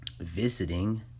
visiting